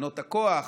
בתחנות הכוח,